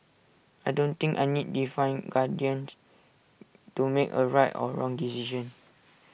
I don't think I need divine guardian to make A right or wrong decision